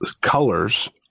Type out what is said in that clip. colors